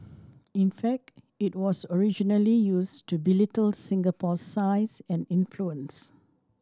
in fact it was originally used to belittle Singapore's size and influence